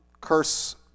curse